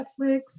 Netflix